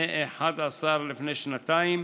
מ-11 לפני שנתיים,